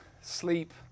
sleep